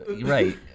Right